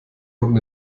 wurden